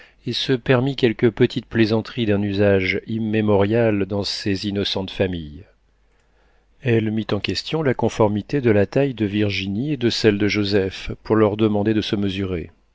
et se permit quelques petites plaisanteries d'un usage immémorial dans ces innocentes familles elle mit en question la conformité de la taille de virginie et de celle de joseph pour leur demander de se mesurer